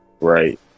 right